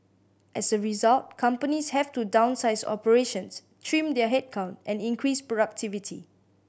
as a result companies have to downsize operations trim their headcount and increase productivity